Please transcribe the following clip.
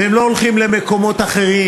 והם לא הולכים למקומות אחרים,